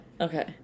Okay